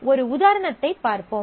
ஒரு உதாரணத்தைப் பார்ப்போம்